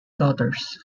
daughters